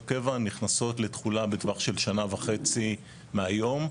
קבע נכנסות לתכולה בטווח של שנה וחצי מהיום,